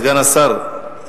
סגן השר,